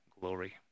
glory